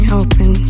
open